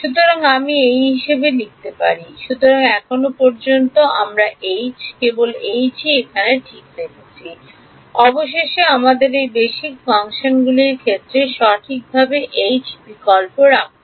সুতরাং আমি এই হিসাবে লিখতে পারেন সুতরাং এখন পর্যন্ত আমরা কেবল এখনই ঠিক রেখেছি অবশেষে আমাদের এই বেসিক ফাংশনগুলির ক্ষেত্রে সঠিকভাবে বিকল্প রাখতে হবে